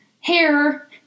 hair